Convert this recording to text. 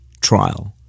trial